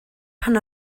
pan